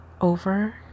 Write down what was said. over